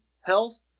health